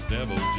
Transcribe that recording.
Devil